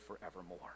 forevermore